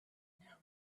know